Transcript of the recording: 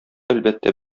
әлбәттә